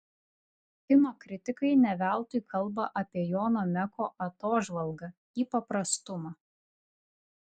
kino kritikai ne veltui kalba apie jono meko atožvalgą į paprastumą